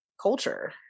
culture